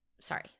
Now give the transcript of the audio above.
Sorry